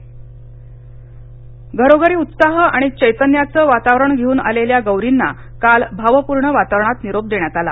विसर्जन घरोघरी उत्साह आणि चैतन्याचं वातावरण घेऊन आलेल्या गौरींना काल भावपूर्ण वातावरणात निरोप देण्यात आला